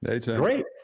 Great